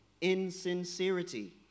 insincerity